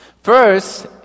first